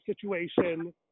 situation